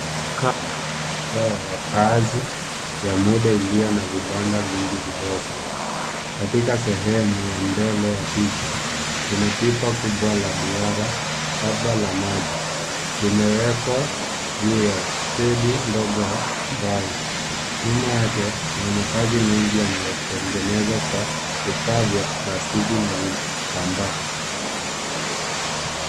Kambi kubwa ya wakazi ya muda iliyo na vibanda vidogo. Katika sehemu ya mbele ya picha, kuna pipa kubwa la duara, labda ya maji. Limewekwa juu ya stendi ndogo ya mbao. Nyuma yake kuna makazi mengi yanayotengenezwa kwa vifaa vya plastiki na vitambaa.